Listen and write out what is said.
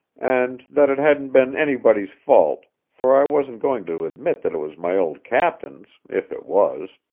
and that it hadn't been anybody's fault, for i wasn't going to admit that it was my old captain's, if it was.